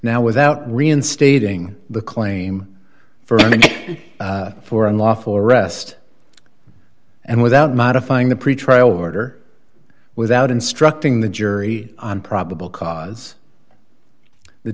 now without reinstating the claim for unlawful arrest and without modifying the pretrial order without instructing the jury on probable cause the